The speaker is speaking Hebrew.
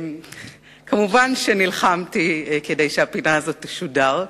מובן שנלחמתי כדי שהפינה הזאת תשודר,